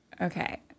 Okay